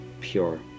pure